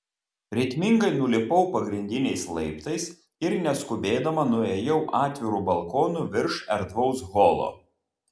ritmingai nulipau pagrindiniais laiptais ir neskubėdama nuėjau atviru balkonu virš erdvaus holo